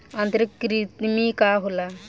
आंतरिक कृमि का होला?